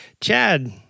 Chad